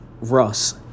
Russ